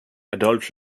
adult